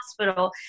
hospital